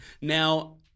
Now